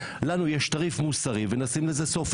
לנו יש תעריף מוסרי ונשים לזה סוף,